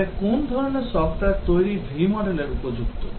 তবে কোন ধরণের সফ্টওয়্যার তৈরি v modelর উপযুক্ত